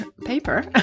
paper